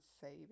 saving